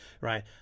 right